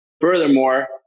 furthermore